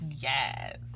Yes